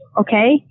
Okay